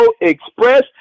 express